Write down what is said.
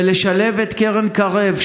ולשלב את קרן קרב,